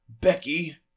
Becky